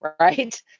Right